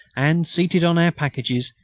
and, seated on our packages,